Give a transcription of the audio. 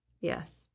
Yes